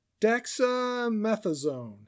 dexamethasone